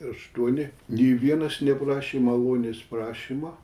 aštuoni nei vienas neprašė malonės prašymą